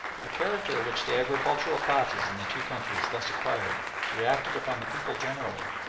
the character which the agricultural classes in the two countries thus acquired reacted upon the people generally,